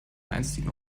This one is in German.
einstigen